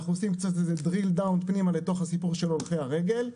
אנחנו עושים קצת דרילדאון פנימה לסיפור של הולכי הרגל.